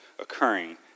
occurring